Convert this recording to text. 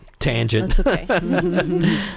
tangent